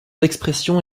d’expression